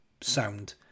sound